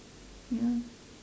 ya